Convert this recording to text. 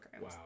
Wow